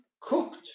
cooked